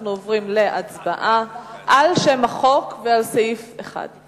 אנחנו עוברים להצבעה על שם החוק וגם על סעיף 1,